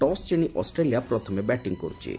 toss ଜିଶି Australia ପ୍ରଥମେ batting କର୍ତ୍ଥି